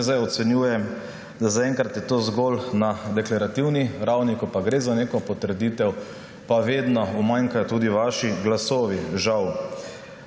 Zdaj ocenjujem, da je zaenkrat to zgolj na deklarativni ravni, ko gre za neko potrditev, pa vedno umanjkajo tudi vaši glasovi, žal.